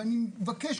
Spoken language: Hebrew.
אני מבקש,